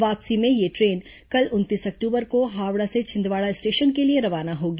वापसी में यह द्रे न कल उनतीस अक्टूबर को हावड़ा से छिंदवाड़ा स्टेशन के लिए रवाना होगी